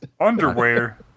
Underwear